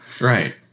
right